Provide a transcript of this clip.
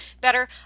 better